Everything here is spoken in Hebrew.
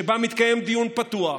שבה מתקיים דיון פתוח,